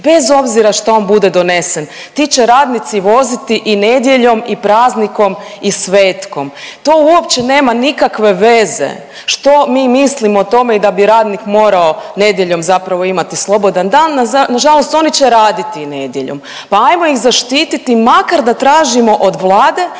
bez obzira što on bude donesen ti će radnici voziti i nedjeljom i praznikom i svetkom. To uopće nema nikakve veze što mi mislimo o tome i da bi radnik morao nedjeljom zapravo imat slobodni dan, nažalost oni će raditi nedjeljom, pa ajmo ih zaštiti makar da tražimo od Vlade